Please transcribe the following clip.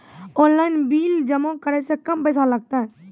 Online bill जमा करै से कम पैसा लागतै?